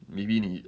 maybe 你